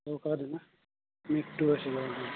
আছিলে অ অ